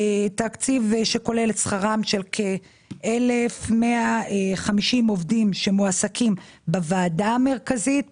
תקציב שכולל את שכרם של 1,150 עובדים שמועסקים בוועדה המרכזית,